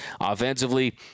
offensively